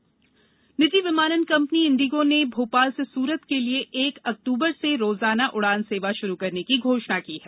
विमान सेवा निजी विमानन कंपनी इंडिगो ने भोपाल से सूरत के लिए एक अक्टूबर से रोजाना उड़ान सेवा शुरू करने की घोषणा की है